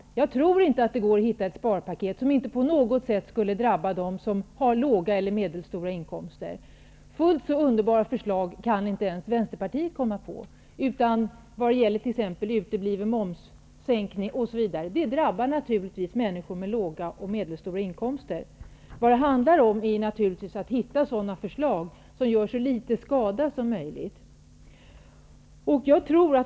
Det går nog inte att hitta ett sparpaket som inte på något sätt skulle drabba dem som har låga eller medelstora inkomster. Fullt så underbara förslag kan inte ens Vänsterpartiet komma på. Utebliven momssänkning, t.ex., drabbar naturligtvis människor med låga och medelstora inkomster. Det handlar om att hitta sådana förslag som gör så liten skada som möjligt.